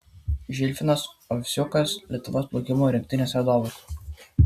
žilvinas ovsiukas lietuvos plaukimo rinktinės vadovas